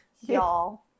y'all